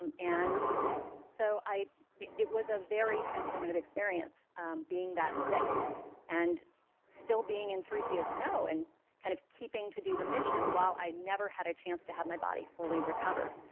um and so it was a very transformative experience being that sick and still being in three feet of snow and kind of keeping to do the mission while i never had a chance to have my body fully recover.